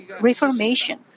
reformation